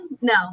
no